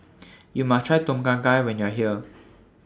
YOU must Try Tom Kha Gai when YOU Are here